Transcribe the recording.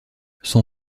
son